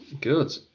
Good